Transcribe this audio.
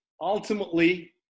ultimately